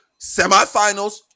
semifinals